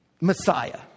Messiah